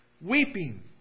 weeping